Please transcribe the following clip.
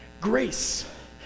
Grace